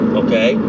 okay